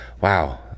Wow